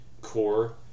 core